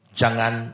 jangan